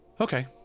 Okay